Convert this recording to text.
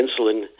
insulin